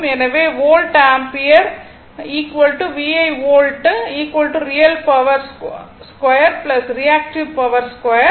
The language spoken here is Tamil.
எனவே volt ampere VI volt real power 2 reactive power 2